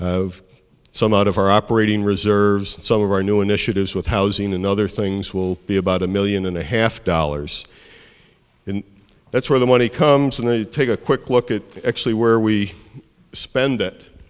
of some out of our operating reserves some of our new initiatives with housing and other things will be about a million and a half dollars and that's where the money comes in to take a quick look at actually where we spend it